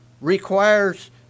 requires